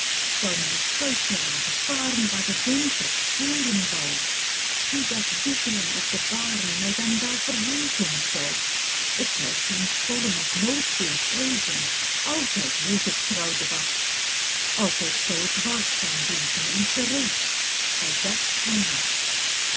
mijn schuitje laten varen waar de wind het voeren wou hoe dat wieg'len op de baren mij dan wel verheugen zou pieter louwerse alles zingt k zou geen storm of noodweer vreezen altijd hield ik trouw de wacht altijd zou ik waakzaam wezen en gereed bij dag en nacht